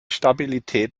stabilität